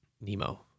Nemo